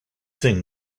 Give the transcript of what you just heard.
sing